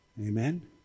Amen